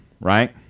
Right